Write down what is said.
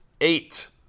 Eight